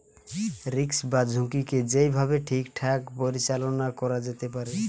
risk বা ঝুঁকিকে যেই ভাবে ঠিকঠাক পরিচালনা করা যেতে পারে